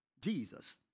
Jesus